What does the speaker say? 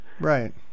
Right